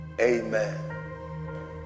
Amen